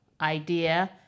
idea